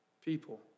people